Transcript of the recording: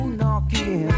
knocking